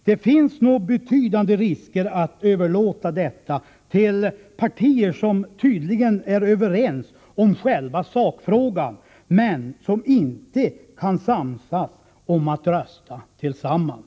Det finns nog betydande risker med att överlåta detta till partier som tydligen är överens om själva sakfrågan men som inte kan samsas om att rösta tillsammans.